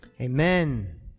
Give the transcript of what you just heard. amen